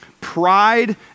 pride